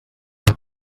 casa